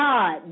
God